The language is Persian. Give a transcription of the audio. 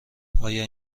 آیا